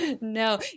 No